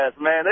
man